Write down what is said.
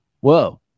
whoa